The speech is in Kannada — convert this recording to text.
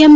ಎಂ